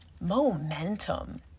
momentum